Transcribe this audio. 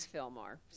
Fillmore